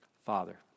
father